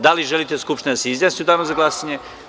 Da li želite da se Skupština izjasni u danu za glasanje?